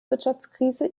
wirtschaftskrise